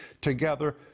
together